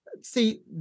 see